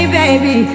baby